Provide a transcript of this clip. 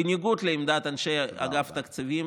בניגוד לעמדת אנשי אגף התקציבים,